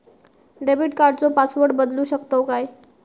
Debit कार्डचो password बदलु शकतव काय?